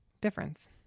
difference